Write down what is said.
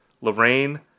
Lorraine